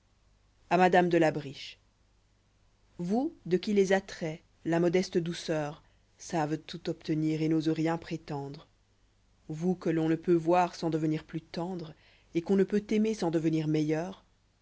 a madame de la bbiche v otjs de qui les attraits la modeste douceur savent tout obtenir et n'osent rien prétendre vous que l'on ne peut voir sans devenir plus tendre et qu'on ne peut aimer sans devenir meilleur